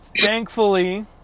Thankfully